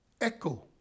echo